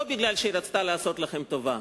לא כי היא רצתה לעשות לכם טובה,